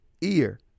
ear